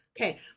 Okay